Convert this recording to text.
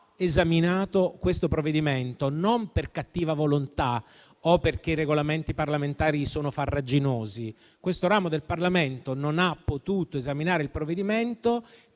esaminato questo provvedimento non per cattiva volontà o perché i Regolamenti parlamentari sono farraginosi; questo ramo del Parlamento non ha potuto esaminare il provvedimento